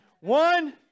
One